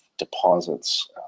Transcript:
deposits